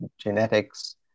genetics